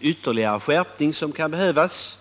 ytterligare skärpning kan behövas.